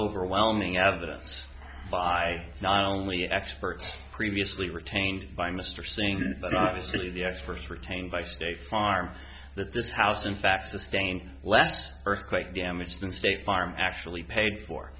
overwhelming evidence by not only experts previously retained by mr singh but obviously the experts retained by state farm that this house in fact sustain less earthquake damage than state farm actually paid for